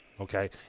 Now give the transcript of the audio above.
Okay